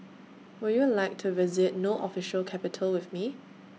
Would YOU like to visit No Official Capital with Me